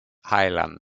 island